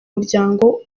muryango